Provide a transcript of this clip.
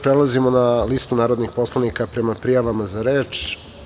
Prelazimo na listu narodnih poslanika prema prijavama za reč.